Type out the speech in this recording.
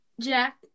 Jack